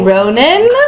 Ronan